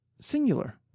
singular